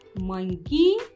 monkey